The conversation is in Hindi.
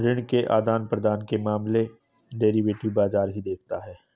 ऋण के आदान प्रदान के मामले डेरिवेटिव बाजार ही देखता है